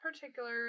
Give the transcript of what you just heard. particular